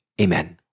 Amen